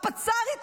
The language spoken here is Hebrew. הפצ"רית,